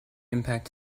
impact